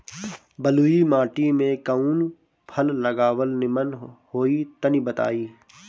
बलुई माटी में कउन फल लगावल निमन होई तनि बताई?